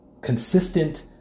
consistent